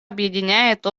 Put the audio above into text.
объединяет